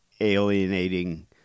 alienating